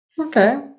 Okay